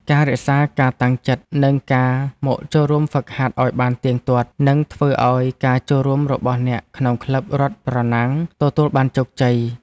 ការរក្សាការតាំងចិត្ត និងការមកចូលរួមហ្វឹកហាត់ឱ្យបានទៀងទាត់ នឹងធ្វើឱ្យការចូលរួមរបស់អ្នកក្នុងក្លឹបរត់ប្រណាំងទទួលបានជោគជ័យ។